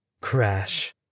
Crash